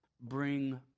bring